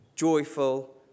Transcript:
Joyful